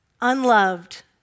unloved